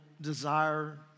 desire